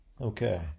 Okay